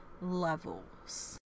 levels